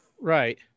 right